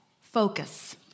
focus